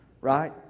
right